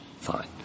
Fine